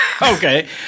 Okay